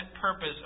purpose